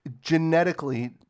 genetically